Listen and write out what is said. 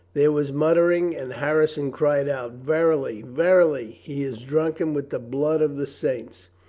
there was muttering and harrison cried out verily, verily, he is drunken with the blood of the saints.